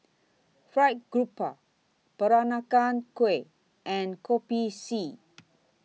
Fried Garoupa Peranakan Kueh and Kopi C